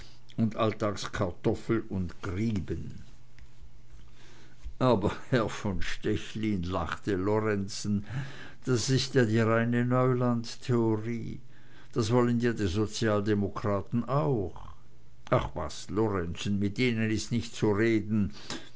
und alltags kartoffeln und grieben aber herr von stechlin lachte lorenzen das ist ja die reine neulandtheorie das wollen ja die sozialdemokraten auch ach was lorenzen mit ihnen ist nicht zu reden